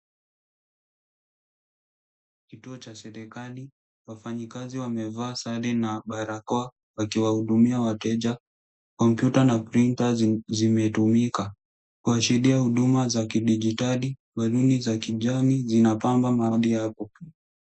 Kituo cha serikali, wafanyikazi wamevaa sare na barakoa wakiwahudumia wateja , kompyuta na printer zimetumika , kuashiria huduma za kidijitali, balloon za kijani zinapamba mahali hapo .